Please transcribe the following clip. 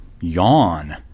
yawn